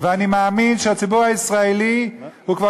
ואני מאמין שהציבור הישראלי הוא כבר